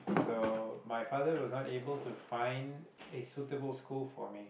so my father was unable to find a suitable school for me